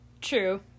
True